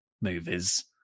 movies